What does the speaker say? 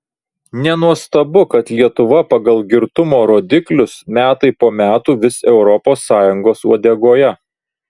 nenuostabu kad lietuva pagal girtumo rodiklius metai po metų vis europos sąjungos uodegoje